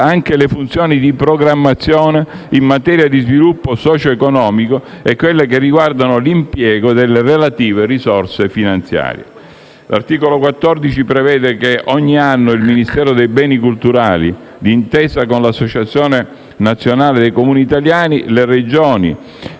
anche le funzioni di programmazione in materia di sviluppo socio-economico e quelle che riguardano l'impiego delle relative risorse finanziarie. L'articolo 14 prevede che ogni anno il Ministero dei beni e delle attività culturali e del turismo, d'intesa con l'Associazione nazionale dei Comuni italiani, le Regioni